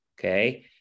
Okay